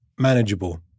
manageable